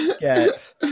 get